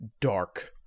dark